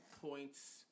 points